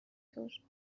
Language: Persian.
طور